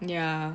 ya